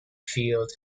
field